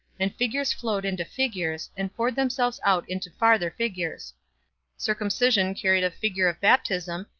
and figures flowed into figures, and poured themselves out into farther figures circumcision carried a figure of baptism,